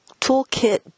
Toolkit